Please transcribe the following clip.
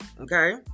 okay